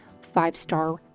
five-star